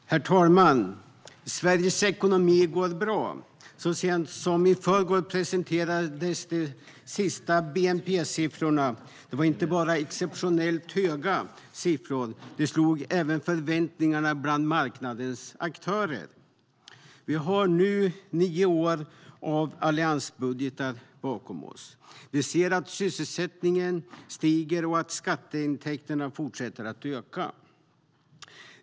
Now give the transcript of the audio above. Herr talman! Sveriges ekonomi går bra. Så sent som i förrgår presenterades de senaste bnp-siffrorna. De var inte bara exceptionellt höga siffror, utan de överträffade även förväntningarna bland marknadens aktörer. Vi har nio år av alliansbudgetar bakom oss. Vi ser att sysselsättningen stiger och att skatteintäkterna fortsätter att öka.